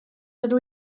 dydw